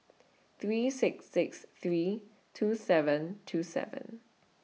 three six six three two seven two seven